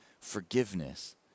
forgiveness